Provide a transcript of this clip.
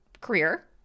career